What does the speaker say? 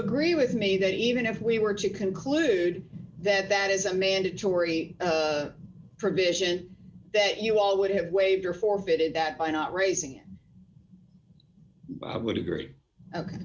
agree with me that even if we were to conclude that that is a mandatory provision that you all would have waived your forfeited that by not raising it would agree